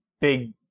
big